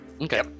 Okay